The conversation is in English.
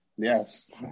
Yes